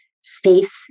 space